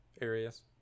areas